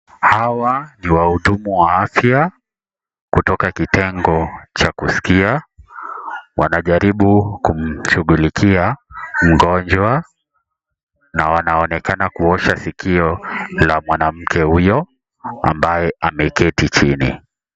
Hawa ni wahudumu wa afya kutoka kitengo cha kuskia, wanajaribu kumshughulikia mgonjwa na wanaonekana kuosha sikio la mwanamke huyo ambaye ameketi chini.